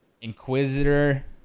Inquisitor